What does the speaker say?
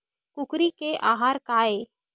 कुकरी के आहार काय?